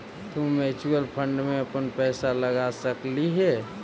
तु mutual fund में अपन पईसा लगा सकलहीं हे